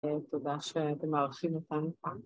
‫תודה שאתם מארחים אותנו כאן.